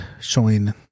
showing